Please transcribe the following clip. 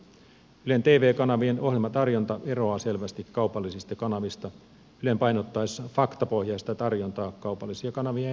ylen tv kanavien ohjelmatarjonta eroaa selvästi kaupallisista kanavista ylen painottaessa faktapohjaista tarjontaa kaupallisia kanavia enemmän